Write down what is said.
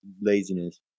Laziness